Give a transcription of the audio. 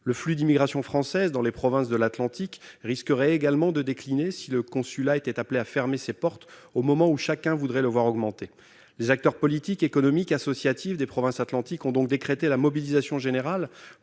le flux d'immigration française dans les provinces de l'Atlantique risquerait également de décliner, au moment où chacun voudrait le voir augmenter. Les acteurs politiques, économiques, associatifs des provinces atlantiques ont donc décrété la mobilisation générale